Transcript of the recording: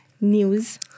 news